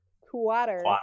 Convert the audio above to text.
Quarter